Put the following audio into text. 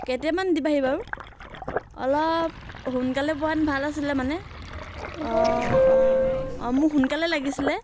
কেতিয়ামানে দিবাহি বাৰু অলপ সোনকালে পোৱাহেঁতেন ভাল আছিলে মানে অঁ অঁ অঁ মোক সোনকালে লাগিছিলে